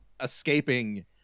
escaping